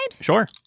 Sure